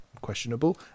questionable